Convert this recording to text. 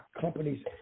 companies